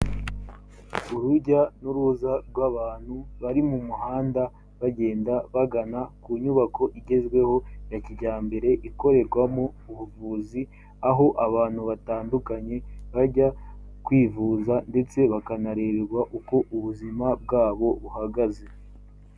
Urujya n'uruza rw'abantu bari mu muhanda bagenda bagana ku nyubako igezweho ya kijyambere ikorerwamo ubuvuzi, aho abantu batandukanye bajya kwivuza ndetse bakanareberwa uko ubuzima bwabo buhagaze.